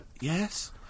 yes